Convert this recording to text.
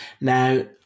Now